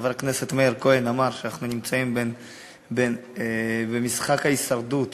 חבר הכנסת מאיר כהן אמר שאנחנו נמצאים במשחק ההישרדות,